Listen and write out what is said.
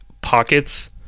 pockets